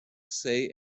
say